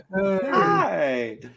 Hi